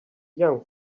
young